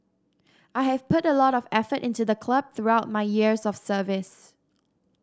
I have put a lot of effort into the club throughout my years of service